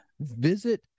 Visit